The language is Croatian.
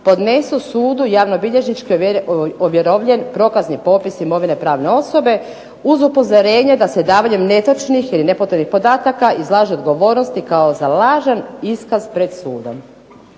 podnesu sudu javnobilježnički ovjerovljen prokazni popis imovine pravne osobe, uz upozorenje da se davanjem netočnih ili nepotrebnih podataka izlažu odgovornosti kao za lažan iskaz pred sudom.